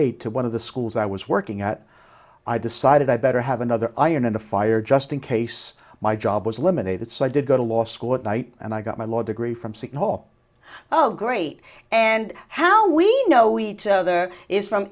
aid to one of the schools i was working at i decided i better have another iron in the fire just in case my job was limited so i did go to law school at night and i got my law degree from signal oh great and how we know each other is from